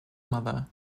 mother